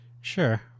Sure